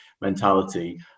mentality